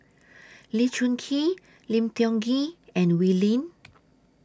Lee Choon Kee Lim Tiong Ghee and Wee Lin